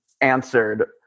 answered